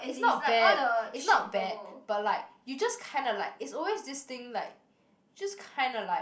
it's not bad it's not bad but like you just kinda like is always this thing like just kinda like